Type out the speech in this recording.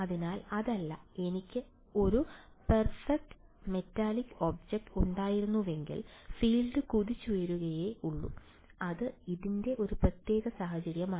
അതിനാൽ അതല്ല എനിക്ക് ഒരു പെർഫെക്റ്റ് മെറ്റാലിക് ഒബ്ജക്റ്റ് ഉണ്ടായിരുന്നുവെങ്കിൽ ഫീൽഡ് കുതിച്ചുയരുകയേ ഉള്ളൂ അത് ഇതിന്റെ ഒരു പ്രത്യേക സാഹചര്യമാണ്